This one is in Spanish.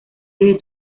desde